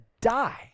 die